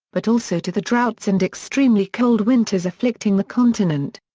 but also to the droughts and extremely cold winters afflicting the continent.